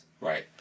Right